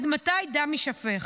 עד מתי דם יישפך?